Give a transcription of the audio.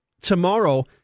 tomorrow